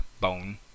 bone